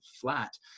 flat